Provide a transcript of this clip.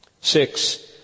Six